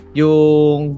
yung